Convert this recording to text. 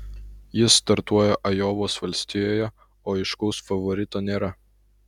jis startuoja ajovos valstijoje o aiškaus favorito nėra